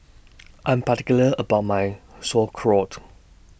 I'm particular about My Sauerkraut